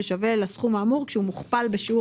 ששווה ל"סכום האמור כשהוא מוכפל בשיעור